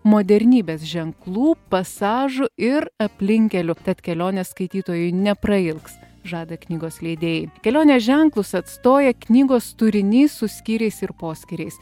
modernybės ženklų pasažų ir aplinkkelių tad kelionė skaitytojui neprailgs žada knygos leidėjai kelionės ženklus atstoja knygos turinys su skyriais ir poskyriais